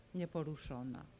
nieporuszona